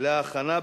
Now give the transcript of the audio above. מוקדם